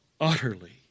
utterly